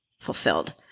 fulfilled